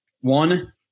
one